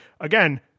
again